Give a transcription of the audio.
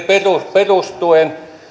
perustuen